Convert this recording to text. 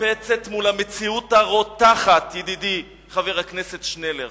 מתנפצת מול המציאות הרותחת, ידידי חבר הכנסת שנלר,